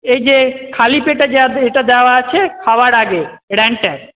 এই যে খালি পেটে যে এটা দেওয়া আছে খাওয়ার আগে র্যানট্যাক